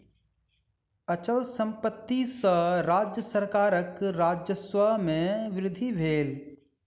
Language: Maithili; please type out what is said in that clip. अचल संपत्ति सॅ राज्य सरकारक राजस्व में वृद्धि भेल